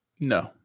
No